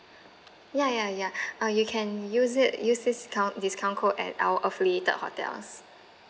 ya ya ya uh you can use it use this count~ discount code at our affiliated hotels